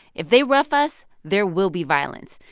if they rough us, there will be violence.